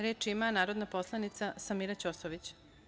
Reč ima narodna poslanica Samira Ćosović.